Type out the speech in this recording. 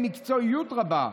עם מקצועיות רבה,